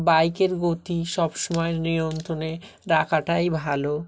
বাইকের গতি সবসময় নিয়ন্ত্রণে রাখাটাই ভালো